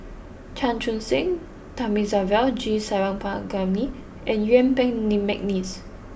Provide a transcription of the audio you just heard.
Chan Chun Sing Thamizhavel G Sarangapani and Yuen Peng McNeice